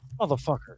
Motherfucker